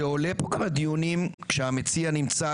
זה עולה בדיונים כשהמציע נמצא,